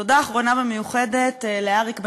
תודה אחרונה ומיוחדת לאריק בן-שמעון.